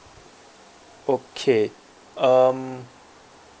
okay um